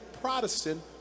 Protestant